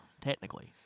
technically